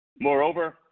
Moreover